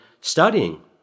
studying